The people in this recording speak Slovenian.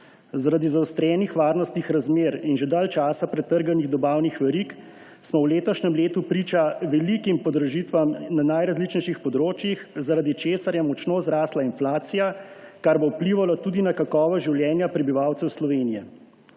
Zaradi zaostrenih varnostnih razmer in že dalj čada pretrganih dobavnih verig smo v letošnjem letu priča velikim podražitvam na najrazličnejših področjih, zaradi česar je močno zrasla inflacija, kar bo vplivalo tudi na kakovost življenja prebivalcev Slovenije.